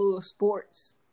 sports